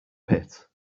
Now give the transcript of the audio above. pit